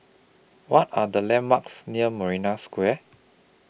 What Are The landmarks near Marina Square